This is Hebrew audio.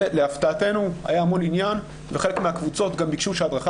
להפתעתנו היה המון עניין וחלק מהקבוצות גם ביקשו שההדרכה